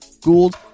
Gould